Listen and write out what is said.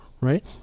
Right